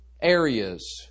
areas